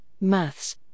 maths